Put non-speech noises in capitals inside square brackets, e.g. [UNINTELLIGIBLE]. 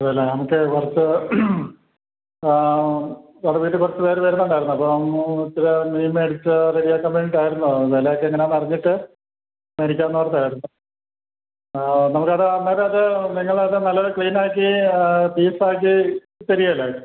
വില നമുക്ക് കുറച്ച് [UNINTELLIGIBLE] പത്ത് പേര് വരുന്നുണ്ടായിരുന്നു ആപ്പം കുറച്ച് മീൻ മേടിച്ച് റെഡി ആക്കാൻ വേണ്ടിയിട്ടായിരുന്നു വില ഒക്കെ എങ്ങനെ ആണെന്ന് അറിഞ്ഞിട്ട് മേടിക്കാമെന്ന് ഓർത്തായിരുന്നു നമുക്ക് അത് അന്നേരം അത് നിങ്ങളത് നല്ല ക്ലീനാക്കി പീസാക്കി തരികയില്ലെ